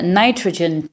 nitrogen